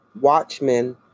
watchmen